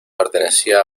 pertenecía